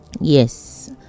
Yes